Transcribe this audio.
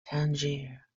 tangier